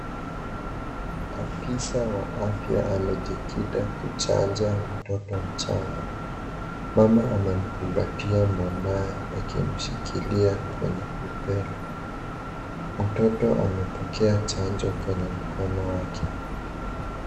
Afisa wa afya amejikita kuchanja mtoto mchanga. Mama amemkumbatia mwanawe akimshikilia kwenye upele. Mtoto amepokea chanjo kwenye mkono wake.